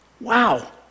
Wow